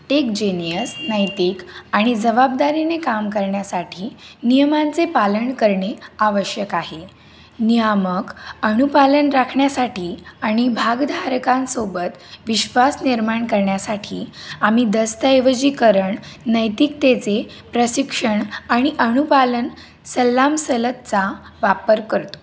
take genius नैतिक आणि जबाबदारीने काम करण्यासाठी नियमांचे पालन करणे आवश्यक आहे नियामक अनुपालन राखण्यासाठी आणि भाग धारकांसोबत विश्वास निर्माण करण्यासाठी आम्ही दस्तऐवजीकरण नैतिकतेचे प्रशिक्षण आणि अनुपालन सल्लामसलतचा वापर करतो